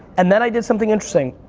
and then i did something interesting.